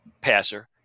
passer